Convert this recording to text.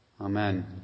Amen